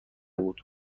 بود